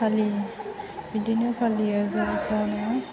फालि बिदिनो फालियो ज' ज' नो